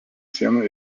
siena